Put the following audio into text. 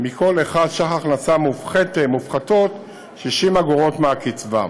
מכל 1 ש"ח הכנסה מופחתות 60 אגורות מהקצבה.